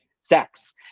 sex